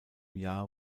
jahr